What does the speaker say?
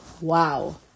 Wow